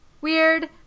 weird